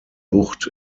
bucht